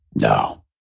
No